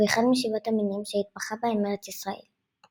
ואחד משבעת המינים שהתברכה בהם ארץ ישראל.